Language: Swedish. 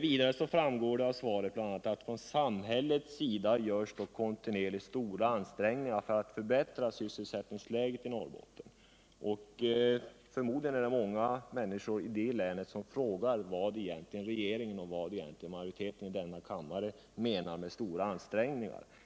Vidare sägs det i svaret: ”Från samhällets sida görs dock kontinuerligt stora ansträngningar för att förbättra sysselsättningsläget i Norrbotten.” Det är förmodligen många människor i länet som frågar vad regeringen och majoriteten i denna kammare egentligen menar med att stora ansträngningar görs.